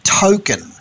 token